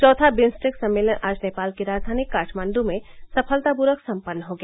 चौथा बिम्सटेक सम्मेलन आज नेपाल की राजधानी काठमांड् में सफलतापूर्वक सम्पन्न हो गया